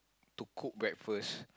to cook breakfast